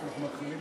אני מקווה